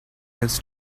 his